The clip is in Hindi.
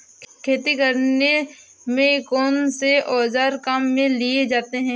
खेती करने में कौनसे औज़ार काम में लिए जाते हैं?